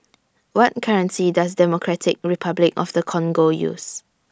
What currency Does Democratic Republic of The Congo use